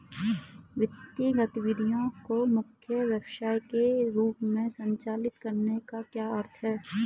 वित्तीय गतिविधि को मुख्य व्यवसाय के रूप में संचालित करने का क्या अर्थ है?